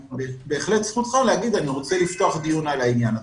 ובהחלט זכותך להגיד: אני רוצה לפתוח דיון על העניין הזה.